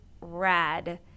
rad